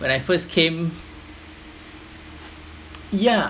when I first came yeah